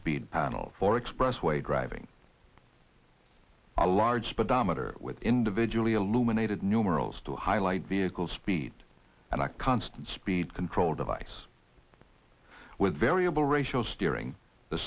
speed panel for expressway driving a large but ometer with individually illuminated numerals to highlight vehicle speed and a constant speed control device with variable ratios steering the